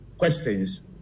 Questions